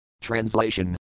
Translation